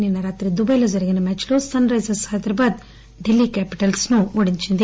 నిన్న రాత్రిదుబాయ్లో జరిగిన మ్యాచ్లో సన్ రైజర్స్ హైదరాబద్ ఢిల్లీకాపిటల్స్జట్టును ఓడించింది